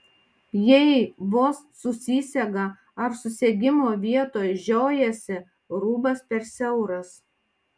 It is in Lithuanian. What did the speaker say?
jei vos susisega ar susegimo vietoj žiojasi rūbas per siauras